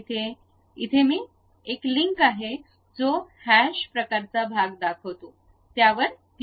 इथे एक लिंक आहे जो हॅश प्रकाराचा भाग दाखवतो त्यावर क्लिक करा